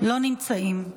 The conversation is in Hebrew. לא נמצאים.